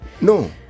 No